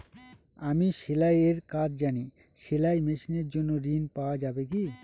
আমি সেলাই এর কাজ জানি সেলাই মেশিনের জন্য ঋণ পাওয়া যাবে কি?